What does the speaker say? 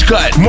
Cut